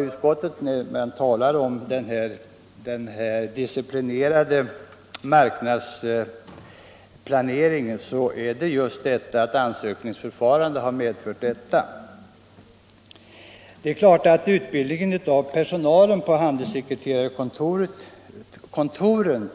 Utskottet framhåller också att den disciplinerade marknadsplaneringen just har medfört detta. Utbildningen av personalen vid handelssekreterarkontoren